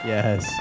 Yes